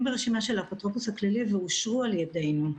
ברשימה של האפוטרופוס הכללי ואושרו על ידינו.